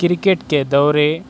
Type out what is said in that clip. cricket کے دورے